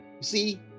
see